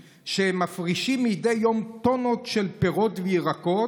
שמפרישים מדי יום טונות של פירות וירקות.